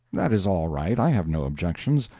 that is all right, i have no objections.